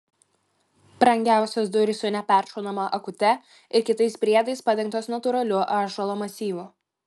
brangiausios durys su neperšaunama akute ir kitais priedais padengtos natūraliu ąžuolo masyvu